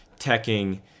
teching